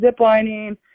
ziplining